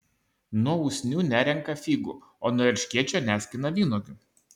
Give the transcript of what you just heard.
nuo usnių nerenka figų o nuo erškėčio neskina vynuogių